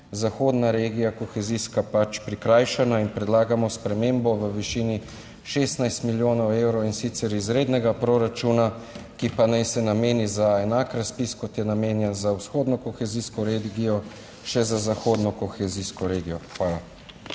zahodna regija kohezijska pač prikrajšana in predlagamo spremembo v višini 16 milijonov evrov, in sicer iz rednega proračuna, ki pa naj se nameni za enak razpis kot je namenjen za vzhodno kohezijsko regijo še za zahodno kohezijsko regijo. Hvala.